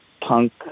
punk